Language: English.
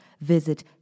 visit